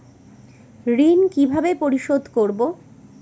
ঋণ কিভাবে পরিশোধ করব?